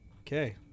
Okay